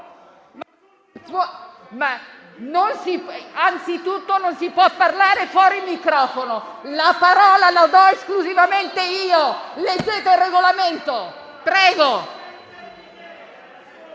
Anzitutto non si può parlare fuori microfono. La parola la do esclusivamente io. Leggete il Regolamento!